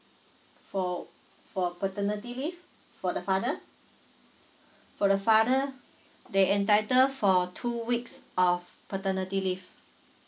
for for paternity leave for the father for the father they entitle for two weeks of paternity leave